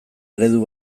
eredu